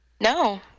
No